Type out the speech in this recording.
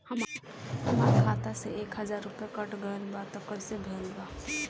हमार खाता से एक हजार रुपया कट गेल बा त कइसे भेल बा?